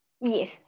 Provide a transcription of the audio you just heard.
Yes